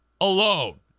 alone